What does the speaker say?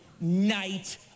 Night